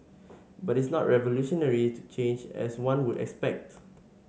but is not a revolutionary change as one would expect